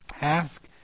ask